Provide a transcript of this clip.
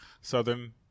Southern